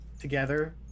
together